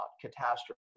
Catastrophe